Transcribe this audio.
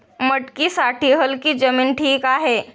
मटकीसाठी हलकी जमीन ठीक आहे